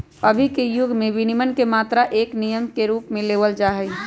अभी के युग में विनियमन के मात्र एक नियम के रूप में लेवल जाहई